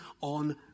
on